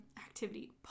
activity